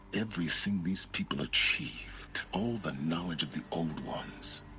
everything these people achieved. all the knowledge of the old ones.